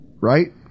right